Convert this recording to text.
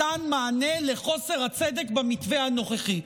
מתן מענה לחוסר הצדק במתווה הנוכחי.